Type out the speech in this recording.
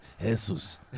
Jesus